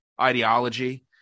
ideology